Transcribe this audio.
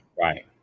Right